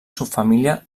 subfamília